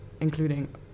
including